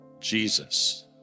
Jesus